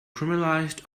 caramelized